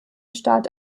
start